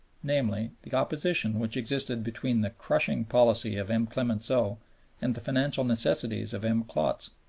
namely, the opposition which existed between the crushing policy of m. clemenceau and the financial necessities of m. klotz.